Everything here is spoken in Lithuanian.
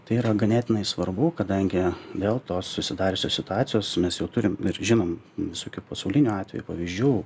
tai yra ganėtinai svarbu kadangi dėl to susidariusios situacijos mes jau turim ir žinom visokių pasaulinių atvejų pavyzdžių